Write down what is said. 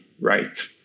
right